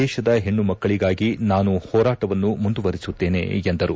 ದೇಶದ ಹೆಣ್ಣು ಮಕ್ಕಳಗಾಗಿ ನಾನು ಹೋರಾಟವನ್ನು ಮುಂದುವರಿಸುತ್ತೇನೆ ಎಂದರು